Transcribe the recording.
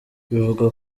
bivugwa